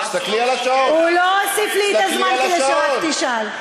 הוא לא הוסיף לי את הזמן כדי שאתה רק תשאל.